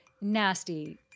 nasty